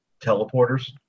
teleporters